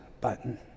button